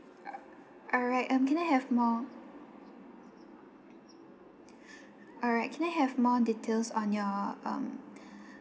err alright um can I have more all right can I have more details on your um